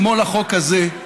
כמו החוק הזה,